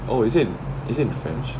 oh is it in is it in french